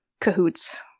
cahoots